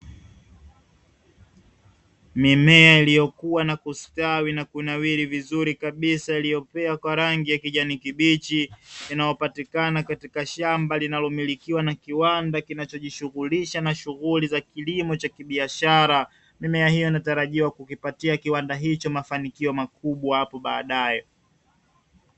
Mimea iliyokuwa na kustawi na kunawiri vizuri kabisa iliyopea kwa rangi ya kijani kibichi, inayopatikana katika shamba linalomilikiwa na kiwanda kinachojishughulisha na shughuli za kilimo cha kibiashara, mimea hiyo inatarajiwa kukipatia kiwanda hicho mafanikio makubwa hapo baadaye.